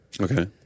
Okay